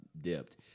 dipped